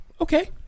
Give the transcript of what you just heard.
okay